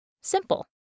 Simple